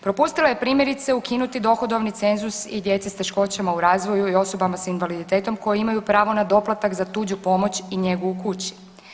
Propustila je primjerice, ukinuti dohodovni cenzus i djeci s teškoćama u razvoju i osobama s invaliditetom koji imaju pravo na doplatak za tuđu pomoć i njegu u kući.